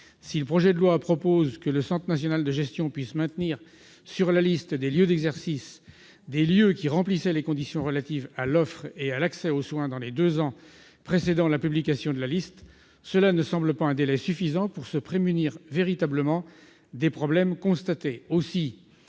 Si le projet de loi prévoit que le Centre national de gestion maintienne sur la liste des lieux d'exercice des lieux qui remplissaient les conditions relatives à l'offre et à l'accès aux soins dans les deux ans précédant la publication de la liste, ce délai ne semble pas suffisant pour se prémunir véritablement des problèmes constatés.